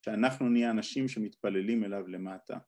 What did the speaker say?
שאנחנו נהיה אנשים שמתפללים אליו למטה.